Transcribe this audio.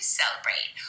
celebrate